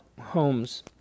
homes